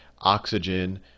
oxygen